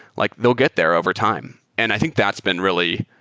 like they'll get there over time. and i think that's been really,